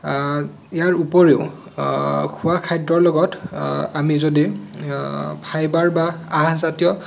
ইয়াৰ উপৰিও খোৱা খাদ্যৰ লগত আমি যদি ফাইবাৰ বা আঁহ জাতীয়